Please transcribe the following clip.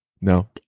No